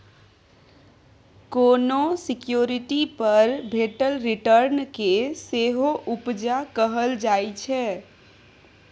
कोनो सिक्युरिटी पर भेटल रिटर्न केँ सेहो उपजा कहल जाइ छै